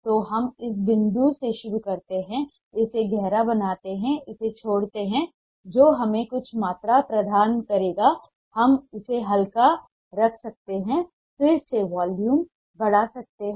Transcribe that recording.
तो हम इस बिंदु से शुरू करते हैं इसे गहरा बनाते हैं इसे छोड़ते हैं जो हमें कुछ मात्रा प्रदान करेगा हम इसे हल्का रख सकते हैं फिर से वॉल्यूम बढ़ा सकते हैं